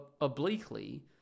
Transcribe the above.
obliquely